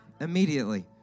immediately